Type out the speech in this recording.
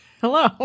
Hello